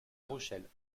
rochelle